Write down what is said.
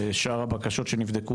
שאר הבקשות שנבדקו,